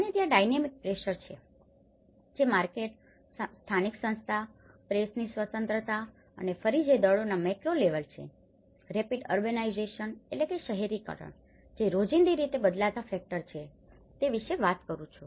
અને ત્યાં dynamic pressure છે જે માર્કેટmarketબજાર સ્થાનિક સંસ્થાઓ પ્રેસની સ્વતંત્રતા અને ફરી જે દળોના મેક્રો લેવલ છેરેપીડ અર્બનાઈજેશનurbanizationશહેરીકરણ જે રોજિંદી રીતે બદલાતા ફેકટર્સ છે તે વિશે વાત કરી રહ્યો છું